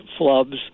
flubs